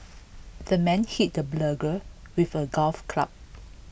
the men hit the burglar with A golf club